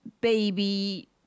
baby